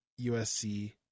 USC